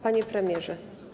Panie Premierze!